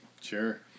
Sure